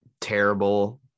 terrible